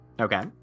Okay